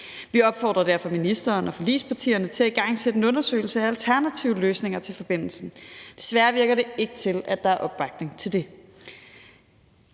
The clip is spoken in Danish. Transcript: Vi opfordrer derfor ministeren og forligspartierne til at igangsætte en undersøgelse af alternative løsninger til forbindelsen. Desværre virker det ikke til, at der er opbakning til det.